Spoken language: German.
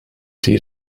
die